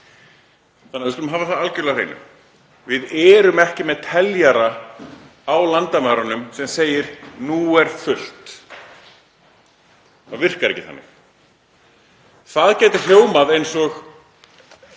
þannig að við skulum hafa það algerlega á hreinu. Við erum ekki með teljara á landamærunum sem segir: Nú er fullt. Það virkar ekki þannig. Það gæti hljómað eins og